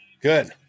Good